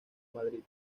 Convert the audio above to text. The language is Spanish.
madrid